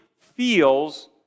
feels